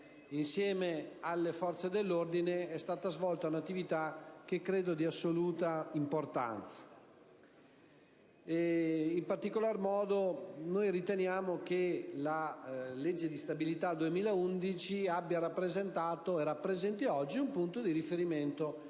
Insieme alle forze dell'ordine è stata svolta un'attività che io ritengo di assoluta importanza. In particolar modo, noi riteniamo che la legge di stabilità per il 2011 abbia rappresentato, e rappresenti oggi, un punto di riferimento importante